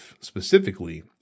specifically